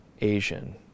Asian